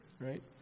right